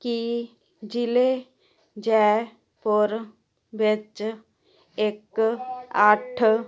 ਕੀ ਜ਼ਿਲ੍ਹੇ ਜੈਪੁਰ ਵਿੱਚ ਇੱਕ ਅੱਠ